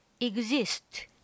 exist